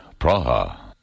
Praha